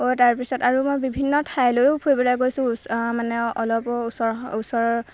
তাৰপিছত আৰু মই বিভিন্ন ঠাইলৈয়ো ফুৰিবলৈ গৈছোঁ মানে অলপো ওচৰ ওচৰ